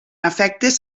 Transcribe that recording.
afectes